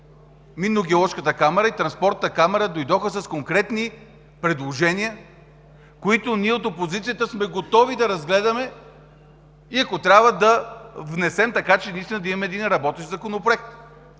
Минно геоложката камара, и Транспортната камара дойдоха с конкретни предложения, които ние от опозицията сме готови да разгледаме и ако трябва да внесем, така че да имаме един работещ законопроект.